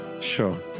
sure